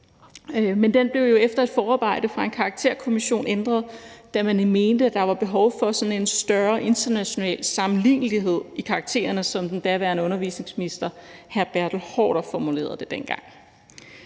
Men den blev jo efter et forarbejde fra en karakterkommission ændret, da man mente, at der var behov for sådan en større international sammenlignelighed i karaktererne, som den daværende undervisningsminister, hr. Bertel Haarder, formulerede det dengang.